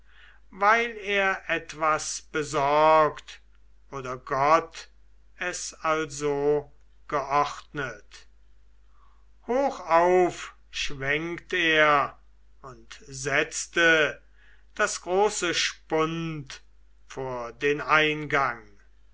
weil er etwas besorgt oder gott es also geordnet hochauf schwenkt er und setzte das große spund vor den eingang